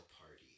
party